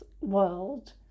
world